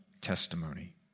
testimony